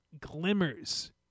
glimmers